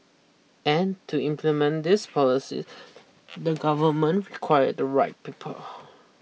and to implement these policies the government require the right people